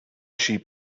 sheep